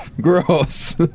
Gross